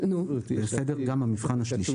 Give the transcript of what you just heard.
גם המבחן השלישי,